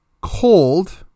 cold